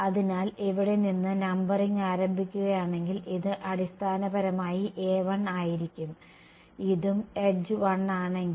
അതിനാൽ ഇവിടെ നിന്ന് നമ്പറിംഗ് ആരംഭിക്കുകയാണെങ്കിൽ ഇത് അടിസ്ഥാനപരമായി a1 ആയിരിക്കും ഇതും എഡ്ജ് 1 ആണെങ്കിൽ